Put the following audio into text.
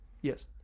yes